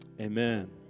Amen